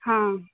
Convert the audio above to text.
हां